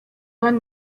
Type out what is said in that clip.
hano